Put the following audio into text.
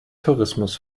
tourismus